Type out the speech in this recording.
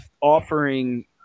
offering